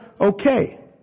okay